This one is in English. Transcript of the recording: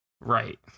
Right